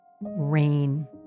rain